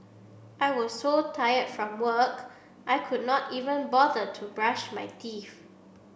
I was so tired from work I could not even bother to brush my teeth